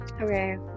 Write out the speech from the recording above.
Okay